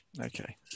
okay